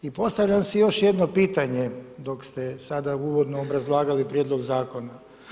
I postavljam si još jedno pitanje, dok ste sada uvodno obrazlagali Prijedlog zakona.